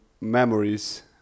memories